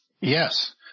Yes